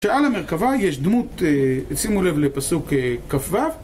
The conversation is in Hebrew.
שעל המרכבה יש דמות, תשימו לב לפסוק כו